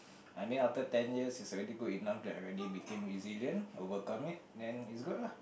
I mean after ten years it's already good enough that I already became musician overcome it then it's good lah